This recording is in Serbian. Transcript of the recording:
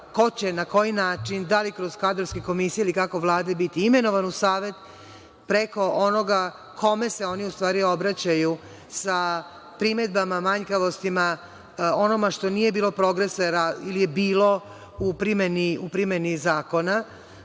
ko će, na koji način, da li kroz kadrovske komisije ili kako, Vlade, biti imenovan u savet, preko onoga kome se oni u stvari obraćaju sa primedbama, manjkavostima, onome što nije bilo progresora ili je bilo u primeni zakona. Dakle,